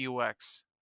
UX